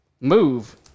Move